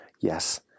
yes